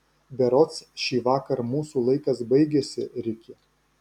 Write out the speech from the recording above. berods šįvakar mūsų laikas baigiasi riki